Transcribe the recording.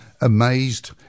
amazed